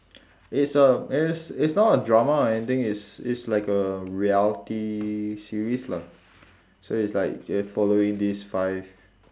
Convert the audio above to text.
it's a it's it's not a drama or anything it's it's like a reality series lah so it's like they're following this five